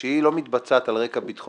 כאשר היא לא מתבצעת על רקע ביטחוני,